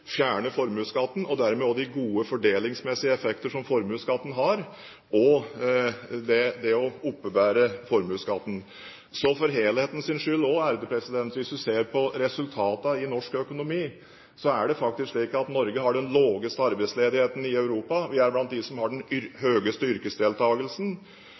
fjerne formuesskatten og dermed også de gode fordelingsmessige effekter som formuesskatten har, og det å oppebære formuesskatten. Så for helhetens skyld: Hvis du ser på resultatene i norsk økonomi, er det faktisk slik at Norge har den laveste arbeidsledigheten i Europa. Vi er blant dem som har den